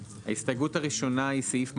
ההסתייגות הראשונה היא סעיף מטרה.